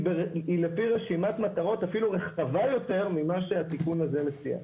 היא לפי רשימת מטרות אפילו רחבה יותר ממה שהתיקון הזה מציע.